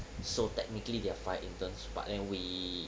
so technically there are five interns but then we